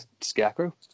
Scarecrow